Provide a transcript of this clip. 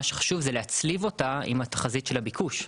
שחשוב זה להצליב אותה עם התחזית של הביקוש.